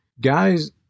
guys